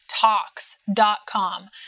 talks.com